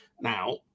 Now